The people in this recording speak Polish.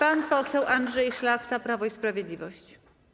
Pan poseł Andrzej Szlachta, Prawo i Sprawiedliwość.